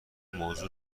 موضوع